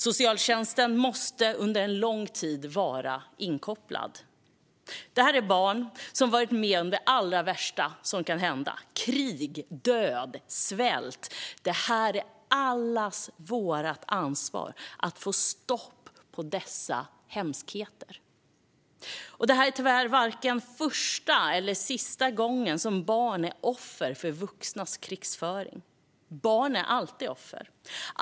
Socialtjänsten måste vara inkopplad under lång tid. Det här är barn som varit med om det allra värsta som kan hända: krig, död och svält. Det är allas vårt ansvar att få stopp på dessa hemskheter. Det här är tyvärr varken första eller sista gången som barn är offer för vuxnas krigföring. Barn är alltid offer.